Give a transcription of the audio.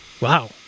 Wow